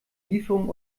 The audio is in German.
lieferung